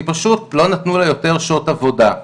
כי פשוט לא נתנו לה יותר שעות עבודה.